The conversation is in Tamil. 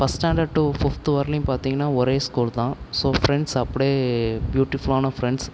ஃபஸ்ட் ஸ்டாண்டர்டு டூ ஃபிஃப்த் வரையிலும் பார்த்திங்கன்னா ஒரே ஸ்கூல் தான் ஸோ ஃபிரெண்ட்ஸ் அப்படியே பியூட்டிஃபுல்லான ஃப்ரெண்ட்ஸ்